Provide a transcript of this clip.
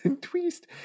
Twist